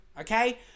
okay